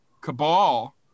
cabal